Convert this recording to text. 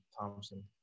Thompson